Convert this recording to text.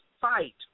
fight